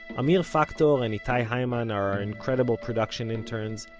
amir factor um and itay hyman are our incredible production interns.